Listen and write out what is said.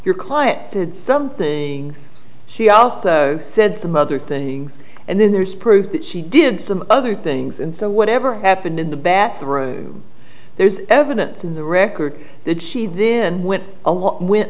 your client said something she also said some other things and then there's proof that she did some other things and so whatever happened in the bathroom there's evidence in the record that she then went